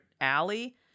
alley